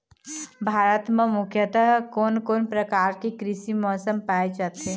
भारत म मुख्यतः कोन कौन प्रकार के कृषि मौसम पाए जाथे?